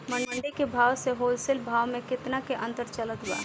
मंडी के भाव से होलसेल भाव मे केतना के अंतर चलत बा?